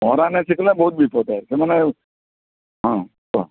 ପହଁରା ନାଇଁ ଶିଖିଲା ବହୁତ୍ ବିପଦ ହେ ସେମାନେ ହଁ କହ